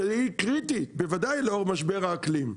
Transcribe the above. שהיא קריטית; בוודאי לאור משבר האקלים.